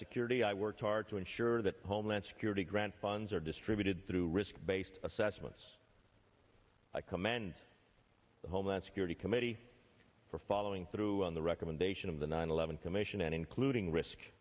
security i worked hard to ensure that homeland security grant funds are distributed through risk based assessments i come and the homeland security committee for following through on the recommendation of the nine eleven commission and including risk